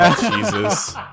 Jesus